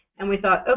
and we thought, ah